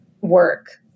work